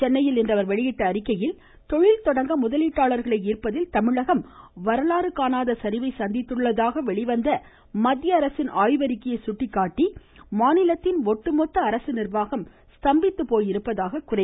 சென்னையில் இன்று அவர் வெளியிட்டுள்ள அறிக்கையில் தொழில் தொடங்க முதலீட்டாளர்களை ஈர்ப்பதில் தமிழகம் வரலாறு காணாத சரிவை சந்தித்துள்ளதாக வெளிவந்த மத்திய அரசின் ஆய்வறிக்கையை சுட்டிக்காட்டியுள்ள அவர் மாநிலத்தில் ஒட்டுமொத்த அரசு நிர்வாகம் ஸ்தம்பித்து போய் இருப்பதாக குறை கூறியிருக்கிறார்